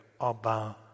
Abba